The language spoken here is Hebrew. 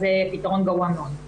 זה פתרון גרוע מאוד.